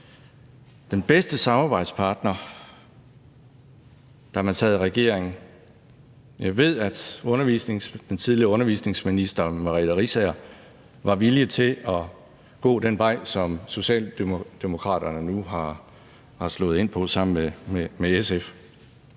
de bedste samarbejdspartnere, da de sad i regering. Jeg ved, at tidligere undervisningsminister Merete Riisager var villig til at gå den vej, som Socialdemokraterne sammen med SF